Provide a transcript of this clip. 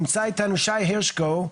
נמצא איתנו שי הרשקו,